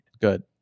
Good